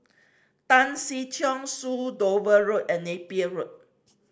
Tan Si Chong Su Dover Road and Napier Road